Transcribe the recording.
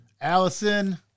allison